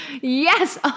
Yes